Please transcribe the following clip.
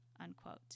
Unquote